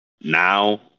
now